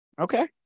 Okay